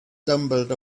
stumbled